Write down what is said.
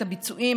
את הביצועים,